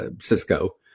Cisco